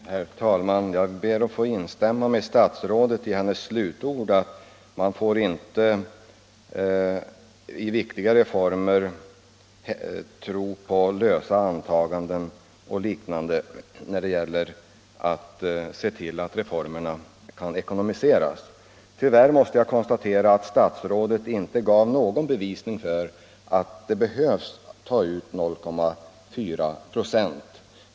Herr talman! Jag ber att få instämma i statsrådets slutord, att man inte får lita till lösa antaganden när ekonomiska resurser skall anvisas för viktiga reformer. Tyvärr måste jag konstatera att statsrådet inte gav något bevis för att 0,4 96 behöver tas ut i arbetsgivaravgift för att genomföra denna reform.